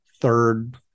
third